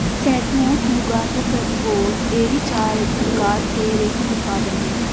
शहतूत, मुगा, तसर और एरी चार प्रकार के रेशम उत्पादन हैं